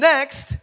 Next